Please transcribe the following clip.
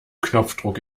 knopfdruck